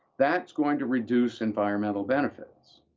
that's going to reduce environmental benefits.